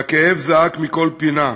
והכאב זעק מכל פינה.